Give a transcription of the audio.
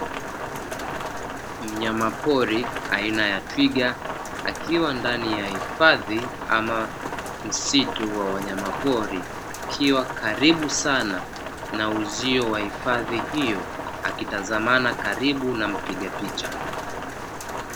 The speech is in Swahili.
Mnyama aina ya twiga, akiwa ndani ya hifadhi ama msitu wa wanyamapori, akiwa karibu sana na uzio wa hifadhi hiyo akitazamana karibu na mpiga picha.